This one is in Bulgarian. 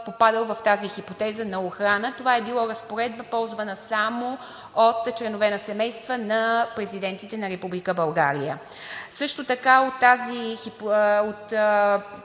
попадал в тази хипотеза на охрана. Това е била разпоредба, ползвана само от членове на семейства на президентите на Република България. Също така от правото